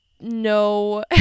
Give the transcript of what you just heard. no